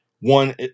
One